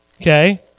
Okay